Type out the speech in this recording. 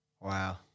Wow